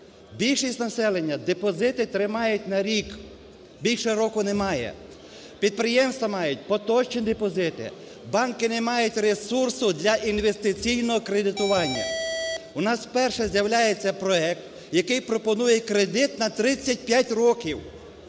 Більшість населення депозити тримають на рік, більше року немає. Підприємства мають поточні депозити. Банки не мають ресурсу для інвестиційного кредитування. У нас вперше з'являється проект, який пропонує кредит на 35 років.